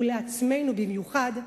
ולעצמנו במיוחד,